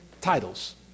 titles